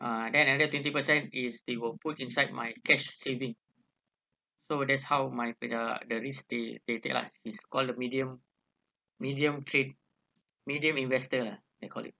ah then other twenty per cent is they will put inside my cash saving so that's how my the uh the risk they they take lah is called medium medium trade medium investor lah they call it